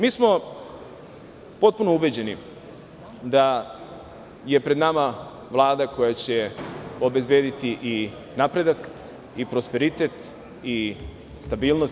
Mi smo potpuno ubeđeni da je pred nama Vlada koja će obezbediti napredak, prosperitet i stabilnost.